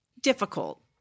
difficult